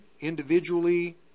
individually